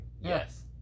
Yes